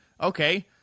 Okay